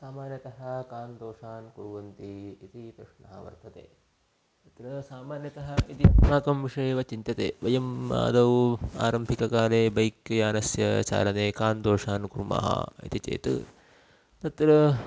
सामान्यतः कान् दोषान् कुर्वन्ति इति प्रश्नः वर्तते तत्र सामान्यतः यदि अस्माकं विषये एव चिन्त्यते वयम् आदौ आरम्भिककाले बैक् यानस्य चालने कान् दोषान् कुर्मः इति चेत् तत्र